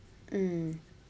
mm